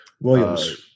Williams